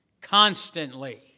constantly